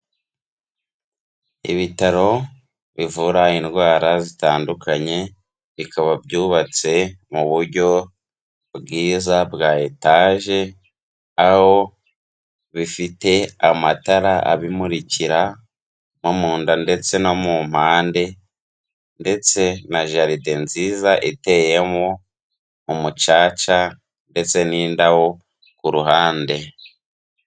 Ibitaro bivura indwara zitandukanye, bikaba byubatse mu buryo bwiza bwa etaje, aho bifite amatara abimurikira nko mu nda ndetse no mu mpande ndetse na jaride nziza iteyemo umucaca ndetse n'indabo ku ruhande.